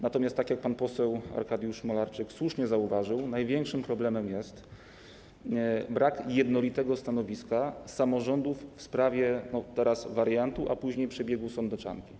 Natomiast, tak jak pan poseł Arkadiusz Mularczyk słusznie zauważył, największym problemem jest brak jednolitego stanowiska samorządów w sprawie teraz wariantu, a później przebiegu sądeczanki.